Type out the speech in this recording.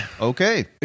okay